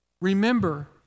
remember